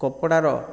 କପଡ଼ାର